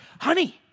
honey